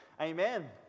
Amen